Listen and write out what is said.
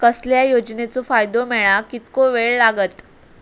कसल्याय योजनेचो फायदो मेळाक कितको वेळ लागत?